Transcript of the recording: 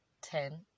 ten